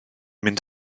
mynd